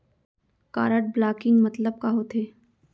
Card blocking मतलब का होथे?